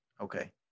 Okay